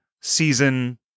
season